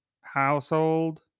household